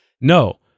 No